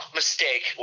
mistake